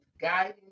guiding